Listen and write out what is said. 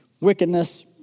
wickedness